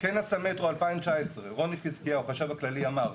בכנס המטרו 2019 רוני חזקיהו החשב הכללי אמר,